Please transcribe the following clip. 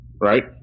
right